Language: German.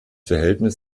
verhältnis